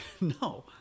No